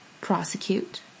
prosecute